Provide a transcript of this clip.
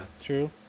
true